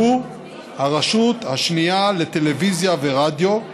והוא הרשות השנייה לטלוויזיה ורדיו,